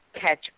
catch